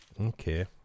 Okay